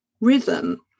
rhythm